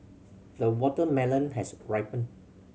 the watermelon has ripened